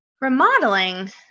Remodeling